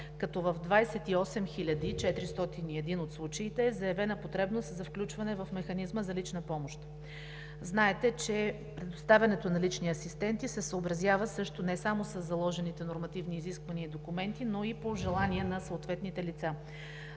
като в 28 401 от случаите е заявена потребност за включване в механизма за лична помощ. Знаете, че предоставянето на лични асистенти се съобразява не само със заложените нормативни изисквания и документи, но и по желание на съответните лица.